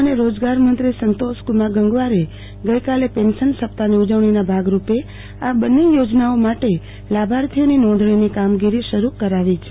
શ્રમ અને રોજગાર મંત્રી સંતોષ કુમાર ગંગવાર ગઈકાલે પેન્શન સપ્તાહની ઉજવણીના ભાગરૂપે આ બંન્ન યોજનાઓ માટે લાભાર્થીઓની નોંધણી કામગીરી શરૂ કરાવી છે